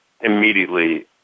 immediately